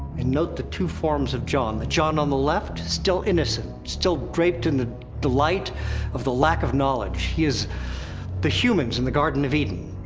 and note the two forms of jon the jon on the left, still innocent, still draped in the delight of the lack of knowledge. he is the humans in the garden of eden.